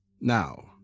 Now